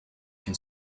can